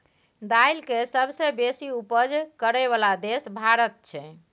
दाइल के सबसे बेशी उपज करइ बला देश भारत छइ